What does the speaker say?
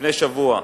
לפני שבוע.